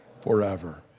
forever